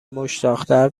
مشتاقتر